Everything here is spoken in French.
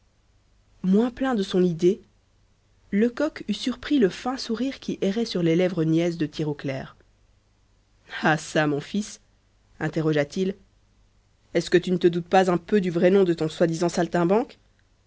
moins plein de son idée lecoq eût surpris le fin sourire qui errait sur les lèvres niaises de tirauclair ah ça mon fils interrogea-t-il est-ce que tu ne te doutes pas un peu du vrai nom de ton soi-disant saltimbanque